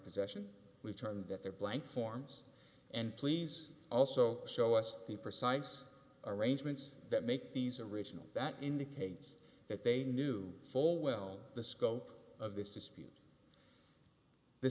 possession we've turned that they're blank forms and please also show us the precise arrangements that make these original that indicates that they knew full well the scope of this dispute the